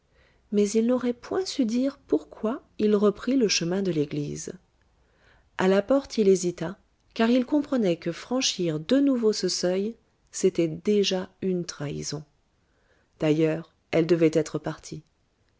mais il n'aurait point su dire pourquoi il reprit le chemin de l'église a la porte il hésita car il comprenait que franchir de nouveau ce seuil c'était déjà une trahison d'ailleurs elle devait être partie